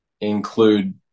include